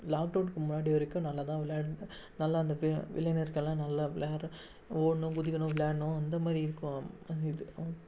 lock டவுனுக்கு முன்னாடி வரைக்கும் நல்லா தான் விளையாட்டு நல்லா அந்த ஃபி இளைஞனர்கெல்லாம் நல்லா விளையாடுற ஓடணும் குதிக்கணும் விளையாடணும் இந்த மாதிரி இருக்கும் அது இது அவுங்